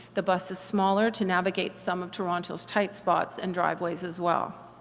the bus is smaller to navigate some of toronto's tight spots and driveways as well.